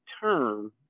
term